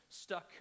stuck